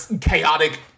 chaotic